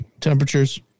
temperatures